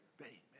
Betty